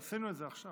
עשינו את זה עכשיו.